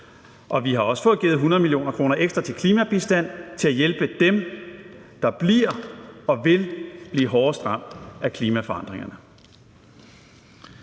Vi har også fået givet 100 mio. kr. ekstra til klimabistand til at hjælpe dem, der bliver og vil blive hårdest ramt af klimaforandringerne.